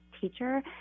teacher